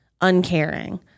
uncaring